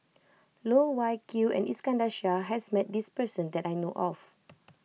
Loh Wai Kiew and Iskandar Shah has met this person that I know of